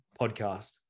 podcast